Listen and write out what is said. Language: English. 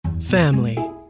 family